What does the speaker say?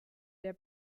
der